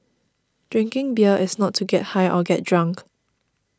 drinking beer is not to get high or get drunk